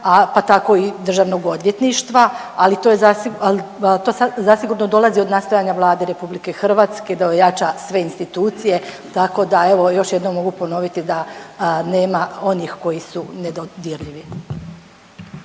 pa tako i državnog odvjetništva, ali to je zasi…, al, al to zasigurno dolazi od nastojanja Vlade RH da ojača sve institucije, tako da evo još jednom mogu ponoviti da nema onih koji su nedodirljivi.